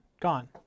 gone